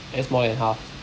that's more than half